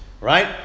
Right